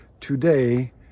Today